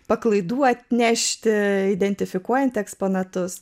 paklaidų atnešt identifikuojant eksponatus